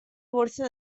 borsa